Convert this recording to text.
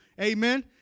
amen